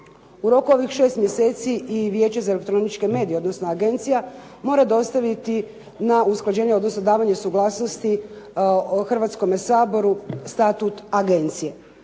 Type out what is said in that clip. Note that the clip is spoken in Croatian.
U roku ovih 6 mjeseci i Vijeće za elektroničke medije, odnosno agencija mora dostaviti na usklađenje, odnosno davanje suglasnosti Hrvatskome saboru statut agencije.